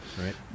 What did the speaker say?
Right